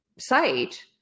site